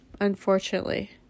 unfortunately